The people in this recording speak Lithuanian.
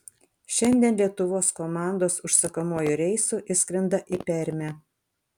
šiandien lietuvos komandos užsakomuoju reisu išskrenda į permę